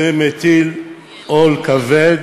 זה מטיל עול כבד